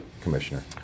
commissioner